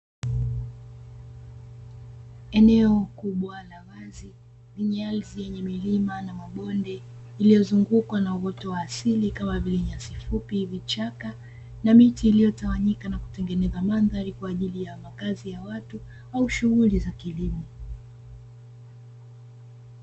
Eneo kubwa la wazi lenye ardhi yenye milima na mabonde, iliyo zungukwa na uoto wa asili kama vile nyasi fupi, vichaka na miti, iliyo tawanyika na kutengeneza mandhari kwa ajili ya makazi ya watu au shughuli za kilimo.